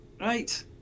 Right